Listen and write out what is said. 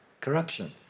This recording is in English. corruption